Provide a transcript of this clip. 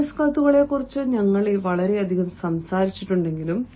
business കത്തുകളെക്കുറിച്ച് ഞങ്ങൾ വളരെയധികം സംസാരിച്ചിട്ടുണ്ടെങ്കിലും